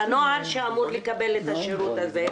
על הנוער שאמור לקבל את השירות הזה.